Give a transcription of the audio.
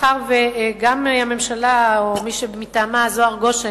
מאחר שגם הממשלה, או מי שמטעמה, זוהר גושן,